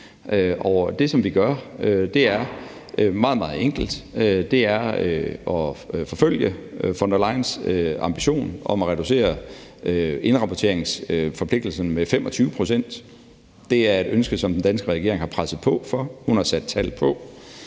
som vi gør, er meget, meget enkelt. Det er at forfølge Ursula von der Leyens ambition om at reducere indrapporteringsforpligtelsen med 25 pct. Det er et ønske, som den danske regering har presset på for; hun har sat tal på,